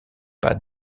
pas